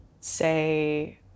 say